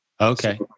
Okay